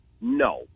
No